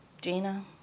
Gina